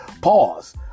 pause